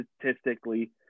statistically